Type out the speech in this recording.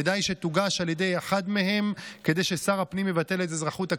ודי שתוגש על ידי אחד מהם כדי ששר הפנים יבטל את אזרחות הכבוד.